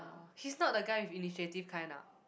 he's not the guy with initiative kind ah